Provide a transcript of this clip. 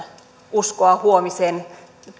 uskoa huomiseen